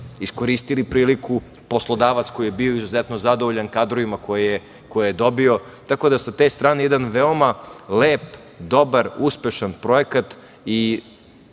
iskoristili priliku, poslodavac koji je bio izuzetno zadovoljan kadrovima koje je dobio. Tako da, sa te strane, jedan veoma lep, dobar, uspešan projekat. Da